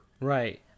right